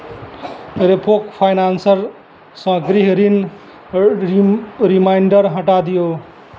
रेपोके फाइनान्सरसँ गृह ऋण रिम रिमाइण्डर हटा दिऔ